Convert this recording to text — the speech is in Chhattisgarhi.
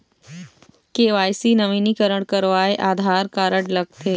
के.वाई.सी नवीनीकरण करवाये आधार कारड लगथे?